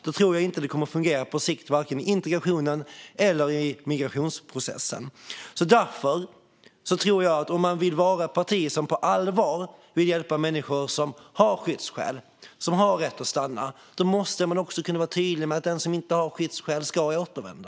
Då kommer varken integrationen eller migrationsprocessen att fungera på sikt. Om man vill vara ett parti som på allvar vill hjälpa människor som har skyddsskäl och rätt att stanna måste man också kunna vara tydlig med att den som inte har skyddsskäl ska återvända.